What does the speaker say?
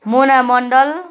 मोना मण्डल